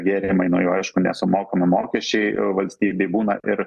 gėrimai nuo jų aišku nesumokami mokesčiai valstybei būna ir